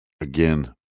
again